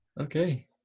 Okay